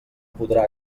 podrà